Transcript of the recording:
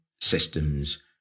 systems